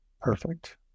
perfect